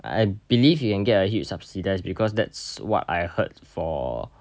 I believe you can get a huge subsidized because that's what I heard for